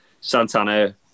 Santana